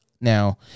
now